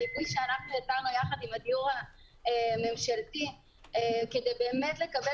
מיפוי שיצרנו יחד עם הדיור הממשלתי כדי באמת לקבל